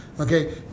Okay